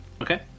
Okay